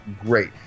great